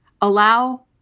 allow